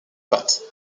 pâtes